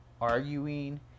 arguing